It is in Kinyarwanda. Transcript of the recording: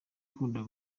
akunda